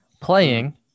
playing